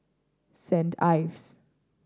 Saint Ives